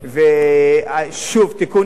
שוב, תיקון עוול.